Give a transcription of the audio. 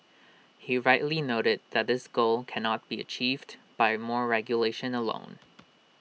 he rightly noted that this goal cannot be achieved by more regulation alone